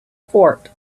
fort